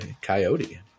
coyote